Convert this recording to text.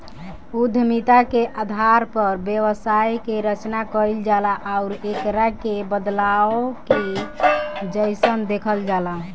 उद्यमिता के आधार पर व्यवसाय के रचना कईल जाला आउर एकरा के बदलाव के जइसन देखल जाला